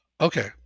Okay